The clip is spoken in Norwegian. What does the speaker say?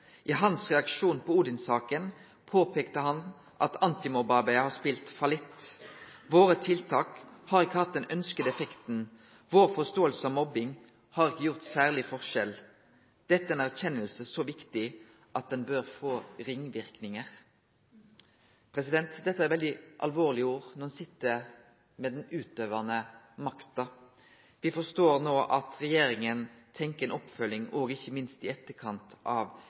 I hans reaksjon på Odin-saken påpekte han at antimobbearbeidet har spilt fallitt. Våre tiltak har ikke hatt den ønskede effekten. Vår forståelse av mobbing har ikke gjort særlig forskjell. Dette er en erkjennelse så viktig at den bør få ringvirkninger.» Dette er veldig alvorlege ord når ein sit med den utøvande makta. Me forstår no at regjeringa tenkjer på ei oppfølging, ikkje minst i etterkant av